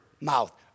mouth